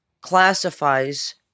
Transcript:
classifies